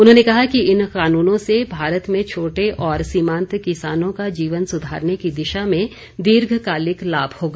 उन्होंने कहा कि इन कानूनों से भारत में छोटे और सीमांत किसानों का जीवन सुधारने की दिशा में दीर्घकालिक लाभ होगा